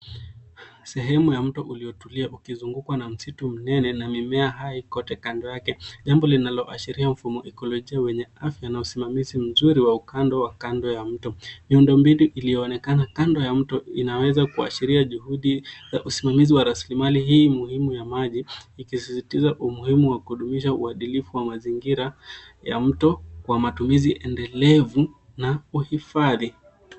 Sehemu ya mto ulio tulia ukizungikwa na msitu mnene na mimea hai kote kando yake. Jambo linalo ashiria ufumo ekolojia wenye afya na usimamizi mzuri wa ukando wa kando ya mto. Miundo mbinu iliyo onekana kando ya mto inaweza kuashiria juhudi za usimamizi wa raslimali hii muhimu ya maji ikisisitiza umuhimu wa kudumisha uadilifu wa mazingira ya mto kwa matumizi endelevu na uhifadhi.